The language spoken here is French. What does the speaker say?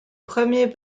premier